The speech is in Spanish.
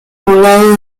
poblado